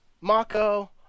Mako